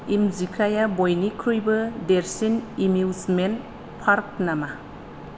इमजिकाया बयनिख्रुइबो देरसिन amusement park नामा